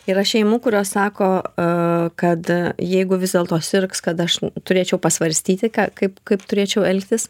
yra šeimų kurios sako a kad jeigu vis dėlto sirgs kad aš turėčiau pasvarstyti ką kaip kaip turėčiau elgtis